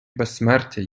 безсмертя